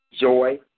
Joy